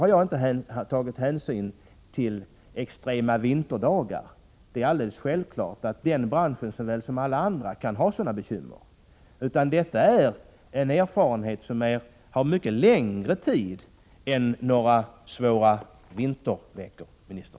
Jag har inte i mitt resonemang tagit med extrema vinterdagar — det är alldeles självklart att den branschen som alla andra kan ha sådana bekymmer — utan detta är erfarenheter som gjorts under en mycket längre tid än några svåra vinterveckor, ministern.